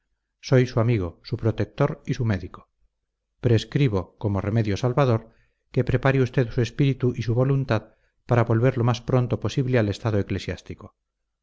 soy su amigo su protector y su médico prescribo como remedio salvador que prepare usted su espíritu y su voluntad para volver lo más pronto posible al estado eclesiástico